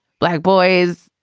black boys,